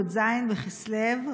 י"ז בכסלו,